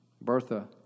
Bertha